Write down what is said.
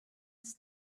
his